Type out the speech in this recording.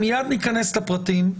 מיד ניכנס לפרטים.